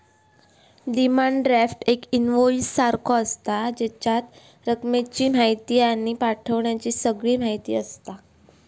demand draft एक invoice सारखो आसता, जेच्यात रकमेची म्हायती आणि पाठवण्याची सगळी म्हायती आसता